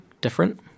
different